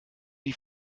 die